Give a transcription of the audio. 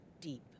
deep